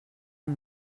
amb